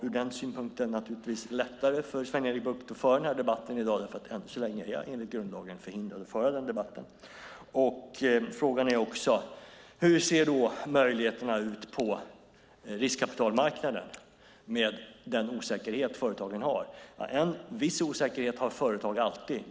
Ur den synpunkten är det lättare för Sven-Erik Bucht att föra den här debatten i dag, för än så länge är jag enligt grundlagen förhindrad att föra den. Frågan är också hur möjligheterna ser ut på riskkapitalmarknaden med den osäkerhet företagen har. En viss osäkerhet har företag alltid.